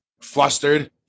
flustered